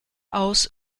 aus